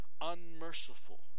unmerciful